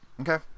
Okay